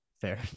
Fair